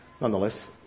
nonetheless